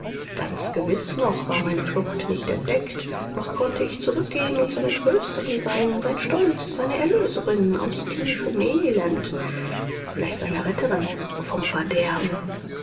ganz gewiß noch war meine flucht nicht entdeckt noch konnte ich zurückgehen und seine trösterin sein sein stolz seine erlöserin aus tiefem elend vielleicht seine retterin vom verderben